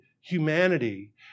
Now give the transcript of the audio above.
humanity